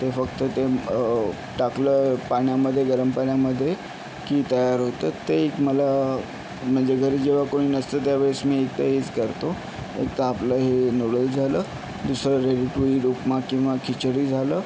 ते फक्त ते टाकलं पाण्यामध्ये गरम पाण्यामध्ये की तयार होतं ते एक मला म्हणजे घरी जेव्हा कोणी नसतं त्यावेळेस मी एकटा हेच करतो एक तर आपलं हे नूडल झालं दुसरं रेडी टू ईट उपमा किंवा खिचडी झालं